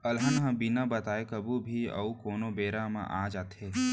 अलहन ह बिन बताए कभू भी अउ कोनों बेरा म आ जाथे